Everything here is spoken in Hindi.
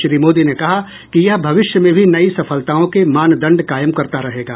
श्री मोदी ने कहा कि यह भविष्य में भी नई सफलताओं के मानदंड कायम करता रहेगा